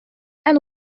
and